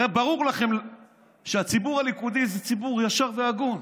הרי ברור לכם שהציבור הליכודי זה ציבור ישר והגון.